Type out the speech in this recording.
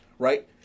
Right